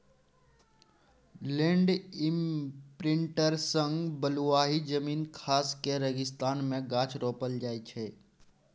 land imprinter सँ बलुआही जमीन खास कए रेगिस्तान मे गाछ रोपल जाइ छै